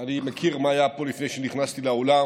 אני מכיר את מה שהיה פה לפני שנכנסתי לאולם.